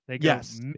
yes